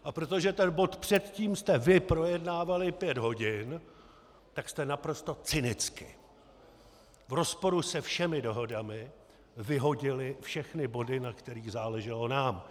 A protože ten bod předtím jste vy projednávali pět hodin, tak jste naprosto cynicky v rozporu se všemi dohodami vyhodili všechny body, na kterých záleželo nám.